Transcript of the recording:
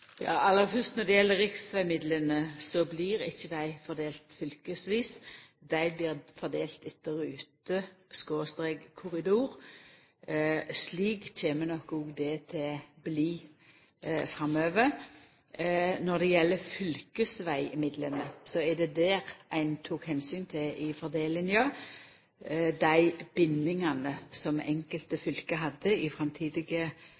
Aller fyrst: Når det gjeld riksvegmidlane, blir ikkje dei fordelte fylkesvis, dei blir fordelte etter rute/korridor. Slik kjem det nok òg til å bli framover. Når det gjeld fylkesvegmidlane, er det der ein i fordelinga tok omsyn til dei bindingane som enkelte fylke hadde i framtidige